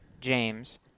James